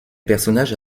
personnages